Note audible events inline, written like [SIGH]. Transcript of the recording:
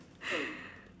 [NOISE]